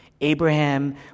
Abraham